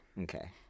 Okay